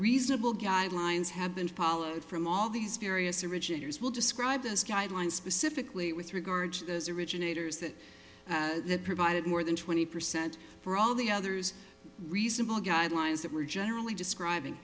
reasonable guidelines have been followed from all these various originators will describe this guideline specifically with regards as originators that that provided more than twenty percent for all the others reasonable guidelines that were generally describing